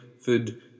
food